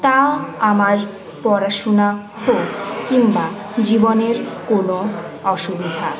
তা আমার পড়াশোনা হোক কিংবা জীবনের কোনো অসুবিধা